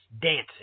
dancing